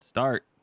start